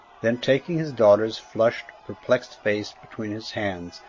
then taking his daughter's flushed, perplexed face between his hands,